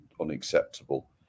unacceptable